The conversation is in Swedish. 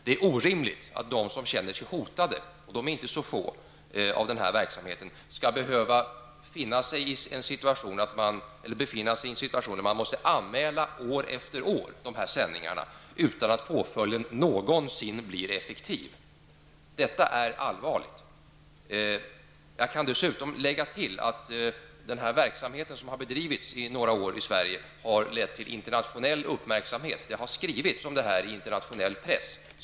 Det är orimligt att de som känner sig hotade av den här verksamheten -- och de är inte få -- skall behöva befinna sig i en situation där de år efter år måste anmäla dessa sändningar utan att påföljden någonsin blir effektiv. Detta är allvarligt. Jag kan dessutom tillägga att den här verksamheten, som har bedrivits i Sverige några år, har lett till internationell uppmärksamhet. Det har skrivits om dessa sändningar i internationell press.